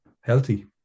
healthy